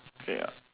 ya